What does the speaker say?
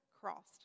crossed